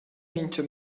mintga